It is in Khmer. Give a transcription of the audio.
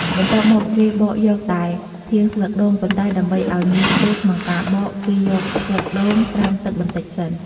បន្ទាប់មកគេបកយកតែធាងស្លឹកដូង ប៉ុន្តែដើម្បីឲ្យងាយស្រួលក្នុងការបក គេយកស្លឹកដូងត្រាំទឹកបន្តិចសិន។